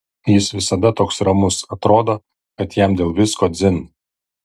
jis visada toks ramus atrodo kad jam dėl visko dzin